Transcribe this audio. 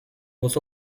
was